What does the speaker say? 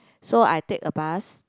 so I take a bus